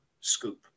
scoop